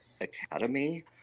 academy